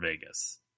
Vegas